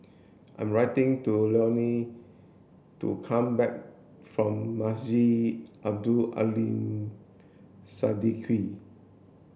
I'm writing to Leonie to come back from Masjid Abdul Aleem Siddique